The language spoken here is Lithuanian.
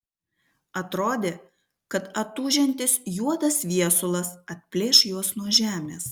atrodė kad atūžiantis juodas viesulas atplėš juos nuo žemės